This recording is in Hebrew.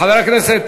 והספורט.